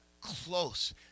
close